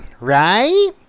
Right